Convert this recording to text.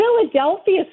Philadelphia